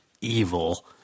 evil